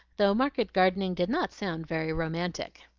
though market-gardening did not sound very romantic.